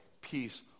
peace